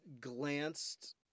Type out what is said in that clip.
glanced